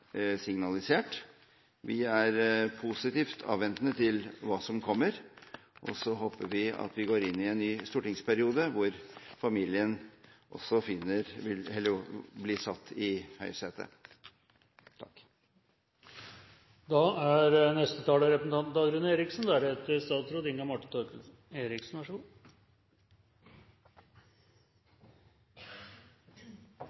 signalisert. Vi er positivt avventende til hva som kommer, og så håper vi at vi går inn i en ny stortingsperiode hvor familien også blir satt i høysetet. Dette er